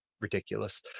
ridiculous